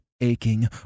aching